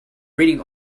reading